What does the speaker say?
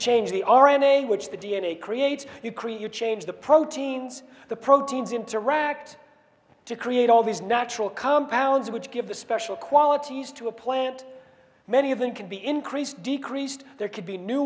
change the r n a which the d n a creates you create your change the proteins the proteins interact to create all these natural compounds which give the special qualities to a plant many of them can be increased decreased there could be new